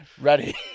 Ready